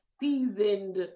seasoned